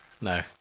No